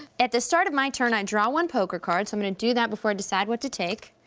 at the start of my turn, i draw one poker card, so i'm gonna do that before i decide what to take.